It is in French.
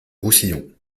roussillon